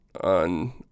on